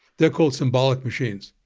they're called symbolic machines.